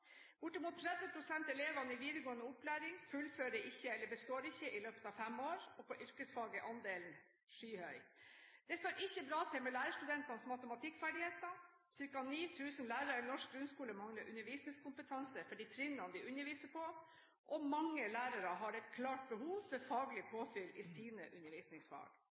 Bortimot 30 pst. av elevene i videregående opplæring fullfører ikke eller består ikke i løpet av fem år, og på yrkesfag er andelen skyhøy. Det står ikke bra til med lærerstudentenes matematikkferdigheter. Ca. 9 000 lærere i norsk grunnskole mangler undervisningskompetanse for de trinnene de underviser på. Mange lærere har et klart behov for faglig påfyll i sine